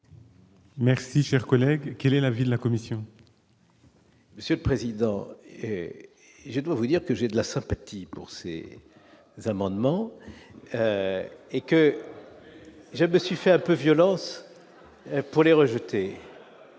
Merci, cher collègue, quel est l'avis de la commission. Monsieur le président, je dois vous dire que j'ai de la sympathie pour c'est vous amendements et que je me suis fait un peu violent pour les rejeter,